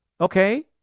okay